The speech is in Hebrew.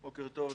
בוקר טוב,